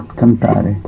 cantare